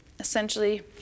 essentially